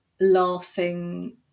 laughing